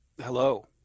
Hello